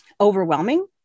overwhelming